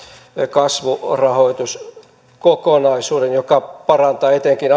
kasvurahoituskokonaisuuden joka parantaa etenkin